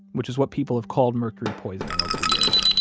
which is what people have called mercury poisoning over the years,